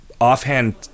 offhand